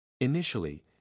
Initially